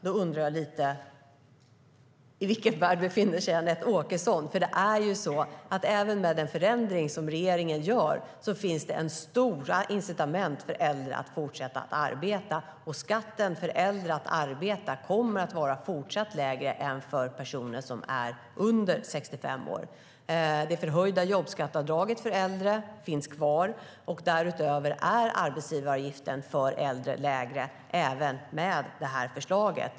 Då undrar jag i vilken värld Anette Åkesson befinner sig. Även med den förändring som regeringen gör finns stora incitament för äldre att fortsätta att arbeta. Skatten för äldre som arbetar kommer även i fortsättningen att vara lägre än för personer som är under 65 år. Det förhöjda jobbskatteavdraget för äldre finns kvar. Därutöver är arbetsgivaravgiften för äldre lägre även med förslaget.